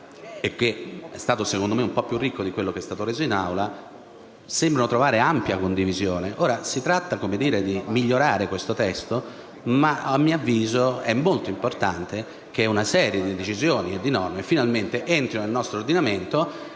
me, è stato un po' più ricco di come è stato reso in Aula), che sembrano trovare ampia condivisione. Ora si tratta di migliorare questo testo, ma ritengo sia molto importante che una serie di decisioni e di norme finalmente entrino nel nostro ordinamento: